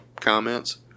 comments